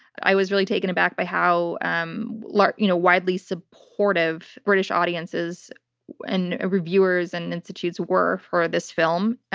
i was really taken aback by how um like you know widely supportive british audiences and reviewers and institutes were for this film.